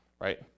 right